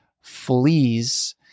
flees